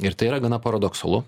ir tai yra gana paradoksalu